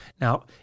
Now